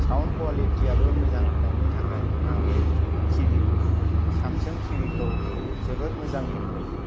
sound क'वालिटियाबो मोजां होननायनि थाखाय आं बे टि भि सेमसां टिभिखौ जोबोद मोजां मोनदों